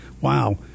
wow